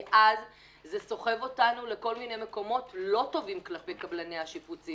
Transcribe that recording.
כי אז זה סוחב אותנו לכל מיני מקומות לא טובים כלפי קבלני השיפוצים,